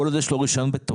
כל עוד יש לו רישיון בתוקף,